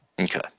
Okay